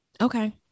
Okay